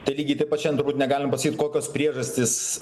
tai lygiai taip pat šian turbūt negalim pasakyt kokios priežastys